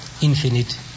Infinite